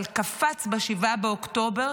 אבל קפץ ב-7 באוקטובר,